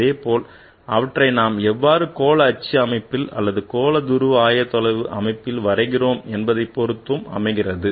அதேபோல் அவற்றை நாம் எவ்வாறு கோளஅச்சு அமைப்பில் அல்லது கோள துருவ ஆயத்தொலைவு அமைப்பில் வரைகிறோம் என்பதை பொருத்தும் அமைகிறது